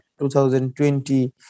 2020